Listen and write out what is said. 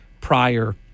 prior